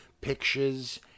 pictures